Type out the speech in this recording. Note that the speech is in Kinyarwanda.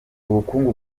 ubukungu